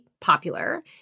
popular